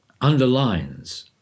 underlines